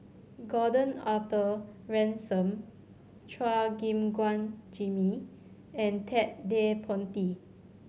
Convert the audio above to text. Gordon Arthur Ransome Chua Gim Guan Jimmy and Ted De Ponti